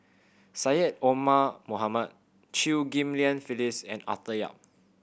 Syed Omar Mohamed Chew Ghim Lian Phyllis and Arthur Yap